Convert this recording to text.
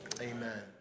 amen